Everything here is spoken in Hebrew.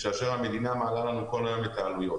כאשר המדינה מעלה לנו כל יום את העלויות